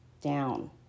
down